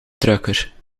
drukker